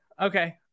okay